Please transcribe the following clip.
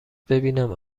ببینم